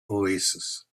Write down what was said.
oasis